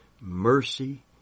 Mercy